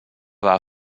war